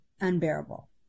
unbearable